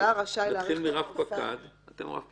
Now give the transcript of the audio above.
רשאי להאריך את התקופה הנוספת, לרבות